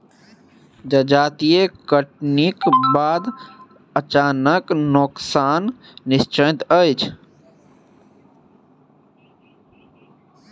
जजाति कटनीक बाद अनाजक नोकसान निश्चित अछि